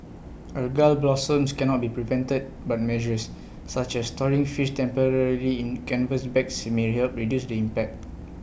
algal blooms cannot be prevented but measures such as storing fish temporarily in canvas bags may help reduce the impact